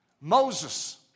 Moses